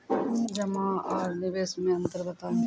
जमा आर निवेश मे अन्तर बताऊ?